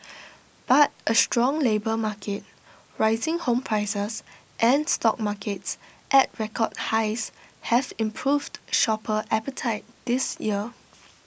but A strong labour market rising home prices and stock markets at record highs have improved shopper appetite this year